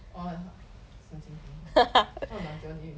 or is not 神经病 what kind of lanjiao name is that